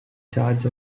charge